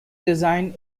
design